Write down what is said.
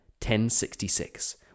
1066